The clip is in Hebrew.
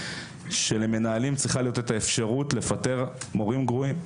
שלמנהלים צריכה להיות אפשרות לפטר מורים גרועים,